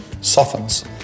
softens